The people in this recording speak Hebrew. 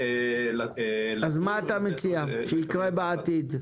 אז מה אתה מציע שיקרה בעתיד?